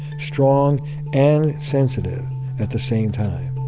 strong and sensitive at the same time.